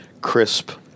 crisp